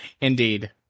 Indeed